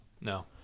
no